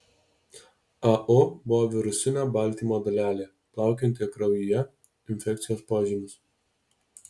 au buvo virusinio baltymo dalelė plaukiojanti kraujyje infekcijos požymis